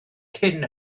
cyn